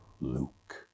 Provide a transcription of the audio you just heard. Luke